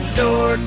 door